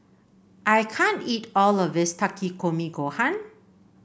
I can't eat all of this Takikomi Gohan